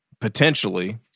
potentially